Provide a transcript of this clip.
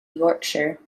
yorkshire